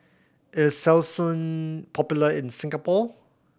is Selsun popular in Singapore